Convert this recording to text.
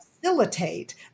facilitate